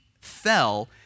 fell